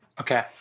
okay